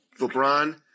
LeBron